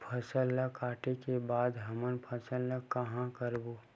फसल ला काटे के बाद हमन फसल ल कहां रखबो?